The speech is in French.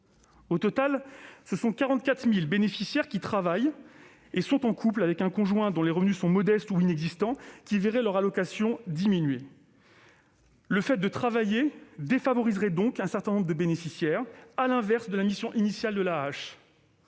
Au total, ce sont 44 000 bénéficiaires qui travaillent et sont en couple avec un conjoint dont les revenus sont modestes ou inexistants, qui verraient leur allocation diminuer. Le fait de travailler défavoriserait donc certains bénéficiaires, à l'inverse de la mission initiale de l'AAH.